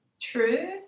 True